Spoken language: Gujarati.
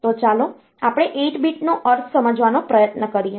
તો ચાલો આપણે 8 bit નો અર્થ સમજવાનો પ્રયત્ન કરીએ